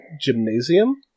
gymnasium